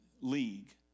League